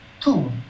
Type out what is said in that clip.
Two